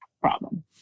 problem